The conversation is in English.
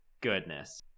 goodness